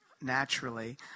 naturally